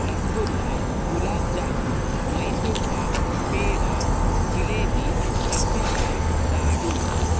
rasgulla gulab jamun Mysore pak peda jalebi rasmalai laddu